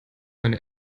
eine